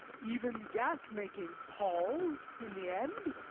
even gas-making palls in the end.